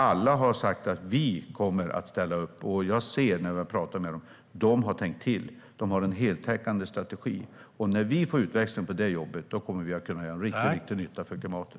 Alla har sagt att de vill ställa upp, och jag ser när jag pratar med dem att de har tänkt till. De har en heltäckande strategi, och när vi får utväxling på det jobbet kommer vi att kunna göra riktig nytta för klimatet.